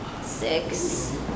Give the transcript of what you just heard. six